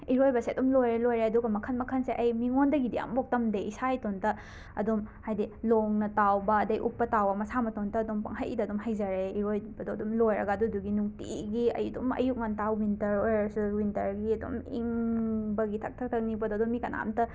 ꯏꯔꯣꯏꯕꯁꯦ ꯑꯗꯨꯝ ꯂꯣꯏꯔꯦ ꯂꯣꯏꯔꯦ ꯑꯗꯨꯒ ꯃꯈꯜ ꯃꯈꯜꯁꯦ ꯑꯩ ꯃꯤꯉꯣꯟꯗꯒꯤꯗꯤ ꯑꯃꯕꯨꯛ ꯇꯝꯗꯦ ꯏꯁꯥ ꯏꯇꯣꯝꯇ ꯑꯗꯨꯝ ꯍꯥꯏꯗꯤ ꯂꯣꯡꯅ ꯇꯥꯎꯕ ꯑꯗꯒꯤ ꯎꯞꯄꯒ ꯇꯥꯎꯕ ꯃꯁꯥ ꯃꯇꯣꯝꯇ ꯑꯗꯨꯝ ꯄꯪꯍꯩꯗ ꯑꯗꯨꯝ ꯍꯩꯖꯔꯦ ꯏꯔꯣꯏꯕꯗꯣ ꯑꯗꯨꯝ ꯂꯣꯏꯔꯒ ꯑꯗꯨꯗꯨꯒꯤ ꯅꯨꯡꯇꯤꯒꯤ ꯑꯩ ꯑꯗꯨꯝ ꯑꯌꯨꯛ ꯉꯟꯇꯥ ꯋꯤꯟꯇꯔ ꯑꯣꯏꯔꯁꯨ ꯋꯤꯟꯇꯔꯒꯤ ꯑꯗꯨꯝ ꯏꯪꯕꯒꯤ ꯊꯛ ꯊꯛ ꯊꯛ ꯅꯤꯛꯄꯗꯣ ꯑꯗꯣ ꯃꯤ ꯀꯅꯥꯝꯇ